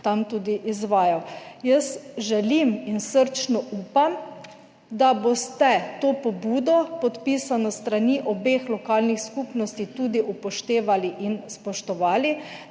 tam tudi izvajal. Jaz želim in srčno upam, da boste to pobudo, podpisano s strani obeh lokalnih skupnosti, tudi upoštevali in spoštovali,